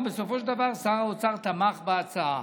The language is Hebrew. ובסופו של דבר שר האוצר תמך בהצעה.